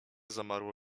zamarło